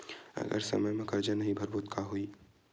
अगर समय मा कर्जा नहीं भरबों का होई?